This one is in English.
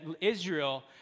Israel